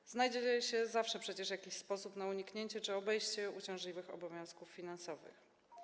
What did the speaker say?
Zawsze znajdzie się przecież jakiś sposób na uniknięcie czy obejście uciążliwych obowiązków finansowych.